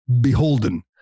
beholden